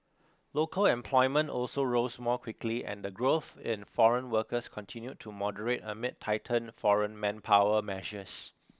local employment also rose more quickly and the growth in foreign workers continued to moderate amid tightened foreign manpower measures